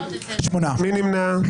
מי נמנע?